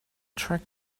track